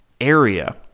area